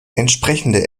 entsprechende